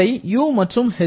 அவை U மற்றும் H